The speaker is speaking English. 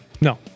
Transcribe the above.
No